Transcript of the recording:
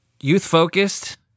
youth-focused